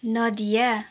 Nadia